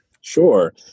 sure